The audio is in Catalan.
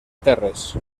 terres